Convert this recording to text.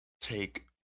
take